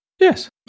Yes